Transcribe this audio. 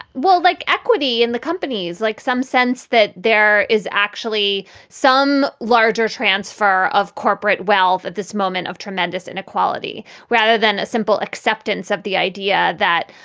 well, like equity in the companies like some sense that there is actually some larger transfer of corporate wealth at this moment of tremendous inequality rather than simple acceptance of the idea that,